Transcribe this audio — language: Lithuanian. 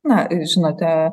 na žinote